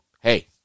Hey